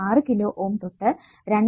6 kilo Ω തൊട്ട് 2